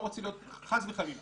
לא רוצה להיות חס וחלילה.